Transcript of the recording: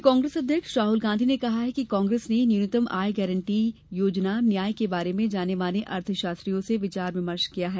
वहीं कांग्रेस अध्यक्ष राहुल गांधी ने कहा है कि कांग्रेस ने न्यूनतम आय गारंटी योजना न्याय के बारे में जाने माने अर्थशास्त्रियों से विचार विमर्श किया है